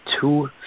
two